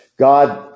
God